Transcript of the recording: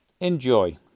enjoy